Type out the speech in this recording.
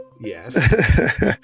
Yes